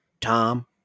Tom